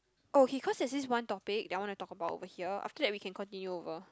oh he cause there's this one topic that I want to talk about over here after that we can continue over